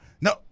no